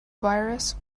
virus